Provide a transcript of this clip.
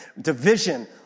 division